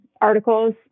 articles